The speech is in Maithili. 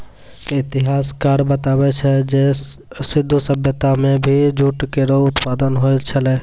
इतिहासकार बताबै छै जे सिंधु सभ्यता म भी जूट केरो उत्पादन होय छलै